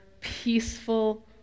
peaceful